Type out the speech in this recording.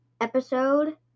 episode